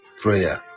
prayer